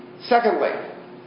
Secondly